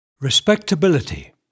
Respectability